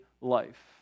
life